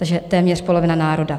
Takže téměř polovina národa.